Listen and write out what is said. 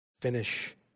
Finish